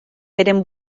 beren